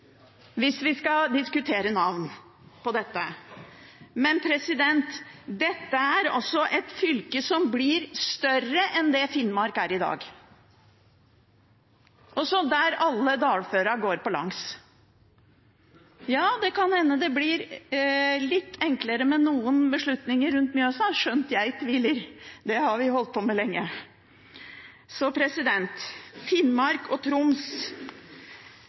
hvis vi skal diskutere navn på dette. Men dette er også et fylke som blir større enn det Finnmark er i dag, og der alle dalførene går på langs. Det kan hende det blir litt enklere med noen beslutninger rundt Mjøsa – skjønt jeg tviler, det har vi holdt på med lenge. Viken er en skapning som jeg tror kun en mor kan elske, og